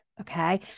okay